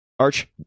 Arch